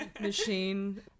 machine